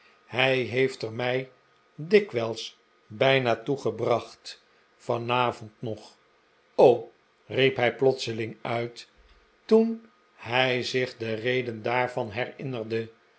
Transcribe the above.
hij heeft er mij dikwijls bijna toe gebracht vanavond nog o riep hij plotseling uit toen hij zich de reden daarvan herinnerde